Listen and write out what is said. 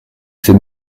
ces